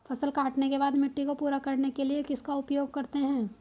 फसल काटने के बाद मिट्टी को पूरा करने के लिए किसका उपयोग करते हैं?